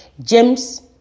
James